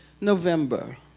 November